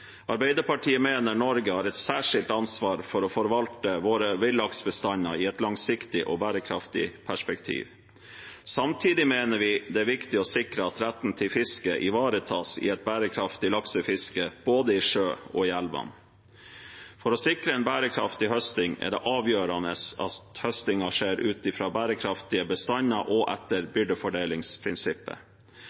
Arbeiderpartiet mener Norge har et særskilt ansvar for å forvalte våre villaksbestander i et langsiktig og bærekraftig perspektiv. Samtidig mener vi det er viktig å sikre at retten til fiske ivaretas i et bærekraftig laksefiske både i sjøen og i elvene. For å sikre en bærekraftig høsting er det avgjørende at høstingen skjer ut fra bærekraftige bestander og etter byrdefordelingsprinsippet.